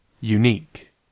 unique